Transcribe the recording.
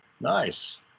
nice